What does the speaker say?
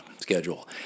schedule